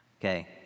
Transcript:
Okay